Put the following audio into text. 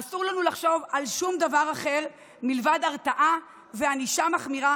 אסור לנו לחשוב על שום דבר אחר מלבד הרתעה וענישה מחמירה